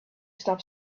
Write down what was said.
stop